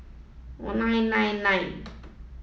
one nine nine nine